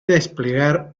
desplegar